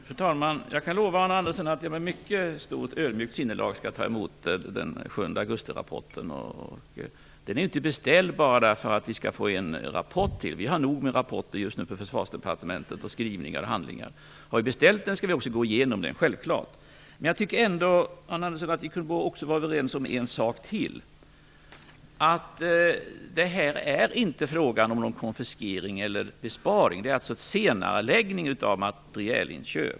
Fru talman! Jag kan lova Arne Andersson att jag med mycket stort och ödmjukt sinnelag skall ta emot rapporten från den 7 augusti. Den är inte beställd bara för att vi skall få ytterligare en rapport. Vi har nog med rapporter, skrivningar och handlingar just nu på Försvarsdepartementet. Om vi har beställt en rapport skall vi självklart också gå igenom den. Jag tycker ändå, Arne Andersson, att vi kan vara överens om en sak till, nämligen att detta inte är fråga om någon konfiskering eller besparing. Det är en senareläggning av materielinköp.